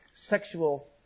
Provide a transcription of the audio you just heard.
Sexual